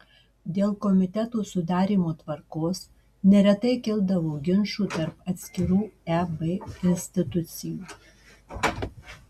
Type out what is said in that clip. dėl komitetų sudarymo tvarkos neretai kildavo ginčų tarp atskirų eb institucijų